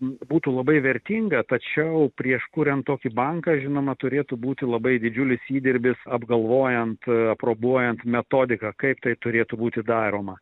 būtų labai vertinga tačiau prieš kuriant tokį banką žinoma turėtų būti labai didžiulis įdirbis apgalvojant aprobuojant metodika kaip tai turėtų būti daroma